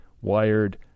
Wired